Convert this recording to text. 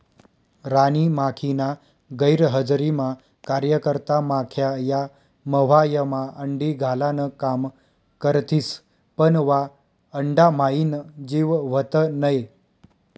राणी माखीना गैरहजरीमा कार्यकर्ता माख्या या मव्हायमा अंडी घालान काम करथिस पन वा अंडाम्हाईन जीव व्हत नै